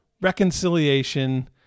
reconciliation